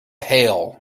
hail